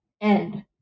end